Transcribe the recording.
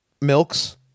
milks